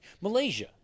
Malaysia